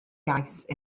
iaith